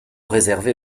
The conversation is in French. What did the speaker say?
réservé